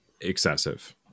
excessive